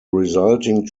resulting